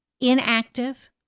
inactive